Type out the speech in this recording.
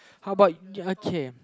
how about okay